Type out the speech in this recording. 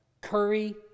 curry